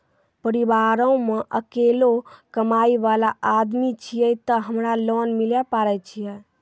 परिवारों मे अकेलो कमाई वाला आदमी छियै ते हमरा लोन मिले पारे छियै?